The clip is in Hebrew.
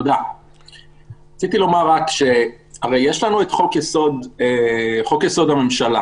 הרי יש לנו את חוק יסוד: הממשלה,